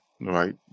right